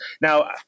Now